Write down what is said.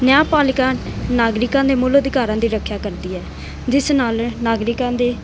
ਨਿਆਂਪਾਲਿਕਾ ਨਾਗਰਿਕਾਂ ਦੇ ਮੂਲ ਅਧਿਕਾਰਾਂ ਦੀ ਰੱਖਿਆ ਕਰਦੀ ਹੈ ਜਿਸ ਨਾਲ ਨਾਗਰਿਕਾਂ ਦੇ